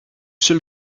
seul